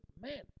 man